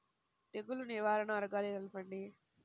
తెగులు నివారణ మార్గాలు తెలపండి?